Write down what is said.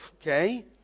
okay